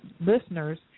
listeners